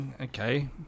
okay